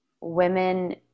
women